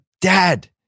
Dad